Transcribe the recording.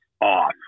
off